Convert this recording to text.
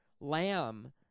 lamb